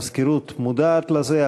המזכירות מודעת לזה,